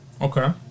Okay